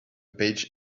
page